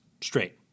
straight